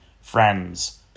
friends